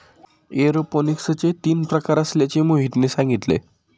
एरोपोनिक्सचे तीन प्रकार असल्याचे मोहनने सांगितले